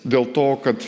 dėl to kad